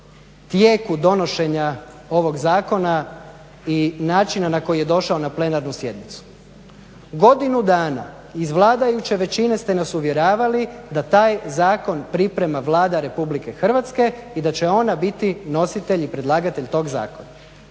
tijeku donošenja ovog zakona i načina na koji je došao na plenarnu sjednicu. Godinu dana iz vladajuće većine ste nas uvjeravali da taj zakon priprema Vlada Republike Hrvatske i da će ona biti nositelj i predlagatelj tog zakona.